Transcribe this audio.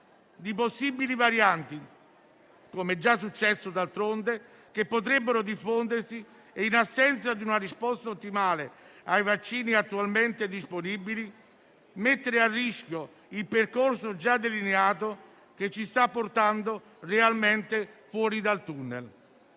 di possibili varianti, come già successo, d'altronde, che potrebbero diffondersi e - in assenza di una risposta ottimale ai vaccini attualmente disponibili - mettere a rischio il percorso già delineato che ci sta portando realmente fuori dal tunnel.